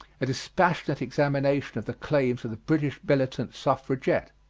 a dispassionate examination of the claims of the british militant suffragette.